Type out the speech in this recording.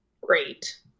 Great